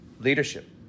leadership